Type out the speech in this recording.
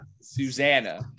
Susanna